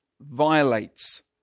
violates